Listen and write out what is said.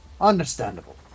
understandable